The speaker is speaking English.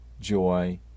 joy